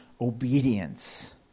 obedience